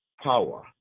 power